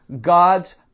God's